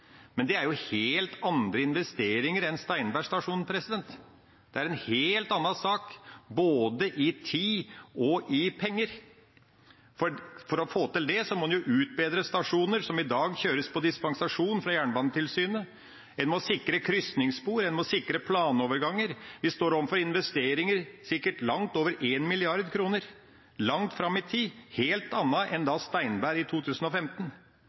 Men det er jo helt andre investeringer enn for Steinberg stasjon. Det er en helt annen sak, både i tid og i penger. For å få til det må en utbedre stasjoner som i dag kjøres på dispensasjon fra Jernbanetilsynet, en må sikre krysningsspor, og en må sikre planoverganger. Vi står sikkert overfor investeringer langt over 1 mrd. kr, langt fram i tid, noe helt annet enn Steinberg i 2015.